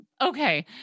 Okay